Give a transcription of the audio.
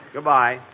Goodbye